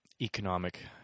economic